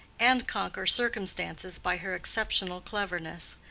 and conquer circumstances by her exceptional cleverness.